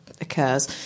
occurs